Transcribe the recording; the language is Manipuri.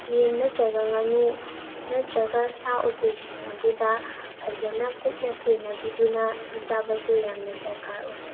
ꯌꯦꯟ ꯅꯠꯇꯔꯒ ꯉꯥꯅꯨ ꯅꯠꯇꯔꯒ ꯁꯥ ꯎꯆꯦꯛꯁꯤꯡ ꯑꯗꯨꯗ ꯐꯖꯅ ꯀꯨꯞꯅ ꯁꯦꯟꯅꯕꯤꯗꯨꯅ ꯄꯤꯖꯕꯁꯨ ꯌꯥꯝꯅ ꯗꯔꯀꯥꯔ ꯑꯣꯏ